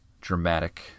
dramatic